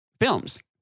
films